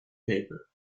paper